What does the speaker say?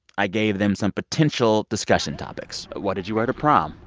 i gave them some potential discussion topics what did you wear to prom?